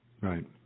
Right